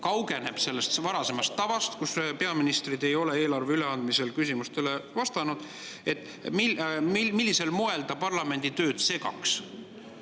kaugeneb sellest varasemast tavast, et peaministrid ei ole eelarve üleandmisel küsimustele vastanud, siis millisel moel ta siis parlamendi tööd segaks?